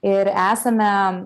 ir esame